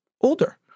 older